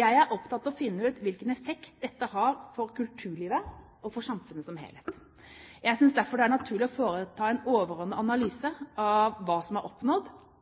Jeg er opptatt av å finne ut hvilken effekt dette har for kulturlivet og for samfunnet som helhet. Jeg synes derfor det er naturlig å foreta en overordnet analyse av hva som er oppnådd,